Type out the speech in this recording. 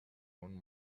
own